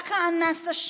רק האנס אשם.